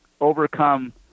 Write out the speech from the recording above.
overcome